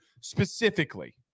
specifically